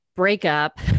breakup